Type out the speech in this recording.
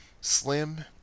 Slim